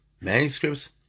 manuscripts